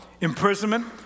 imprisonment